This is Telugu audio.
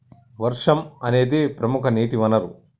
వర్షం అనేదిప్రముఖ నీటి వనరు